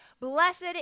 Blessed